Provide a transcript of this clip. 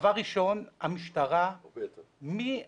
דבר ראשון, המשטרה מהקדקוד